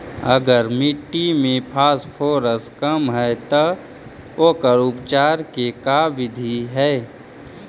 अगर मट्टी में फास्फोरस कम है त ओकर उपचार के का बिधि है?